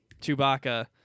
Chewbacca